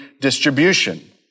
distribution